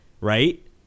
right